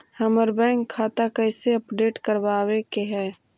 हमर बैंक खाता कैसे अपडेट करबाबे के है?